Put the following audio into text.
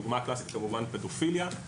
הדוגמה הקלאסית כמובן היא פדופיליה.